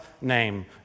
name